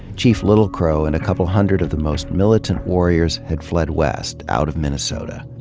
chief little crow and a couple hundred of the most militant warriors had fled west out of minnesota.